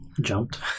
Jumped